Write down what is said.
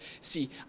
see